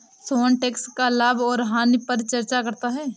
Sohan tax का लाभ और हानि पर चर्चा करता है